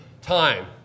time